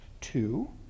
Two